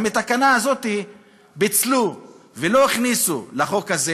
גם את התקנה הזאת פיצלו ולא הכניסו לחוק הזה,